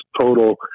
total